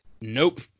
nope